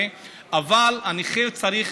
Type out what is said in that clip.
בבקשה, עדיף מאוחר מאשר אף פעם לא.